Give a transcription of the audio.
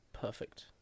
Perfect